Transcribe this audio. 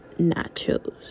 nachos